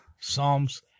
Psalms